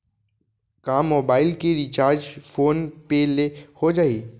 का मोबाइल के recharge phone पे ले हो जाही?